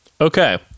Okay